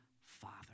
father